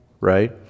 right